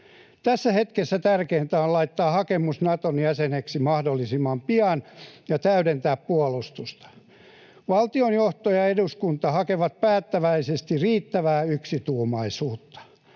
Tässä hetkessä tärkeintä on laittaa hakemus Naton jäseneksi mahdollisimman pian ja täydentää puolustusta. Valtionjohto ja eduskunta hakevat päättäväisesti riittävää yksituumaisuutta.